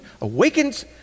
awakens